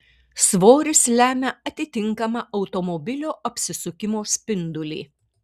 svoris lemia atitinkamą automobilio apsisukimo spindulį